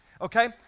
Okay